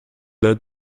glad